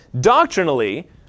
doctrinally